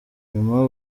nyuma